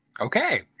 Okay